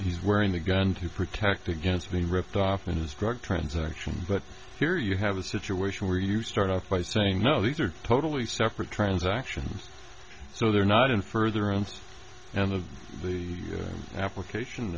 he's wearing the gun to protect against be ripped off in his drug transaction but here you have a situation where you start off by saying no these are totally separate transactions so they're not in further and and the the application